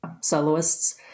soloists